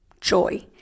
Joy